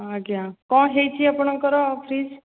ଆଜ୍ଞା କ'ଣ ହୋଇଛି ଆପଣଙ୍କର ଫ୍ରିଜ୍